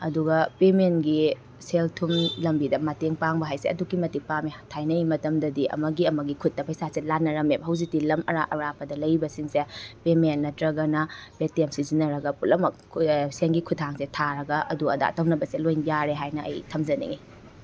ꯑꯗꯨꯒ ꯄꯦꯃꯦꯟꯒꯤ ꯁꯦꯜ ꯊꯨꯝ ꯂꯝꯕꯤꯗ ꯃꯇꯦꯡ ꯄꯥꯡꯕ ꯍꯥꯏꯁꯦ ꯑꯗꯨꯛꯀꯤ ꯃꯇꯤꯛ ꯄꯥꯝꯃꯦ ꯊꯥꯏꯅꯒꯤ ꯃꯇꯝꯗꯗꯤ ꯑꯃꯒꯤ ꯑꯃꯒꯤ ꯈꯨꯠꯇ ꯄꯩꯁꯥꯁꯦ ꯂꯥꯟꯅꯔꯝꯃꯦꯕ ꯍꯧꯖꯤꯛꯇꯤ ꯂꯝ ꯑꯔꯥꯞ ꯑꯔꯥꯞꯄꯗ ꯂꯩꯔꯤꯕꯁꯤꯡꯁꯦ ꯄꯦꯃꯦꯟ ꯅꯠꯇ꯭ꯔꯒꯅ ꯄꯦꯇꯦꯝ ꯁꯤꯖꯤꯟꯅꯔꯒ ꯄꯨꯝꯅꯃꯛ ꯁꯦꯜꯒꯤ ꯈꯨꯠꯊꯥꯡꯁꯦ ꯊꯥꯔꯒ ꯑꯗꯨ ꯑꯗꯥ ꯇꯧꯅꯕꯁꯦ ꯂꯣꯏꯅ ꯌꯥꯔꯦ ꯍꯥꯏꯅ ꯑꯩ ꯊꯝꯖꯅꯤꯡꯉꯤ